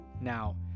now